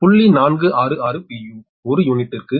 u ஒரு யூனிட்டிற்கு